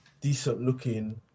decent-looking